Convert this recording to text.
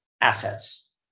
assets